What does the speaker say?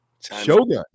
Shogun